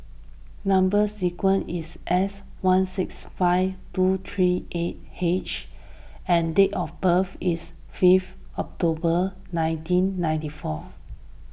Number Sequence is S one six five seven two three eight H and date of birth is five October nineteen ninety four